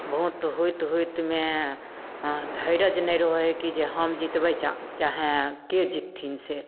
vote होइत होइतमे धीरज नहि रहय हइ कि जे हम जितबय चाहयके जितथिन से